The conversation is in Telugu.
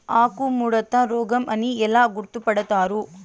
ఆకుముడత రోగం అని ఎలా గుర్తుపడతారు?